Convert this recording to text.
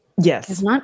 Yes